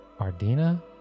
Ardina